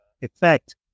effect